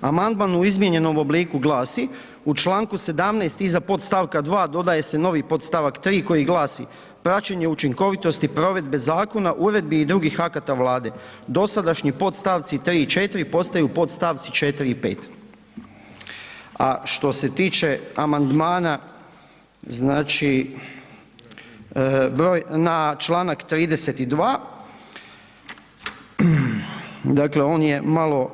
Amandman u izmijenjenom obliku glasi: „U Članku 17. iza podstavka 2 dodaje se novi podstavak 3 koji glasi: „praćenje učinkovitosti provedbe zakona, uredbi i drugih akata vlade, dosadašnji podstavci 3 i 4. postaju podstavci 4. i 5.“ A što se tiče amandmana znači broj, na Članak 32. dakle on je malo